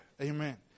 Amen